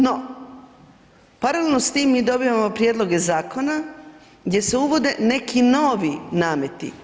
No, paralelno s tim mi dobivamo prijedloge zakona gdje se uvode neki novi nameti.